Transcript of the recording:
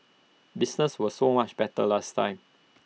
business was so much better last time